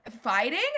fighting